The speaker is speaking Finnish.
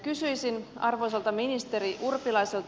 kysyisin arvoisalta ministeri urpilaiselta